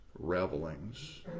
revelings